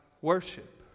worship